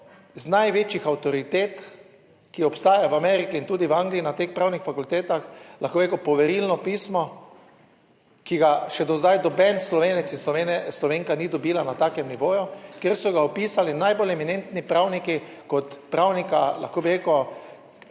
z največjih avtoritet, ki obstajajo v Ameriki in tudi v Angliji na teh pravnih fakultetah, lahko bi rekel poverilno pismo, ki ga še do zdaj noben Slovenec, Slovenka ni dobila na takem nivoju, kjer so ga opisali najbolj eminentni pravniki, kot pravnika, lahko bi rekel.